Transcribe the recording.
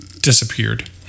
disappeared